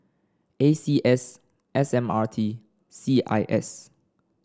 A C S S M R T C I S